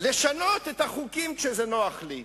לשנות את החוקים כשזה היה נוח לי.